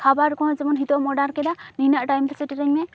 ᱠᱷᱟᱵᱟᱨ ᱠᱚᱦᱚᱸ ᱡᱮᱢᱚᱱ ᱱᱤᱛᱚᱜ ᱮᱢ ᱚᱰᱟᱨ ᱠᱮᱫᱟ ᱱᱤᱱᱟᱹᱜ ᱴᱟᱹᱭᱤᱢᱛᱮ ᱥᱮᱴᱮᱨᱟᱹᱧ ᱢᱮ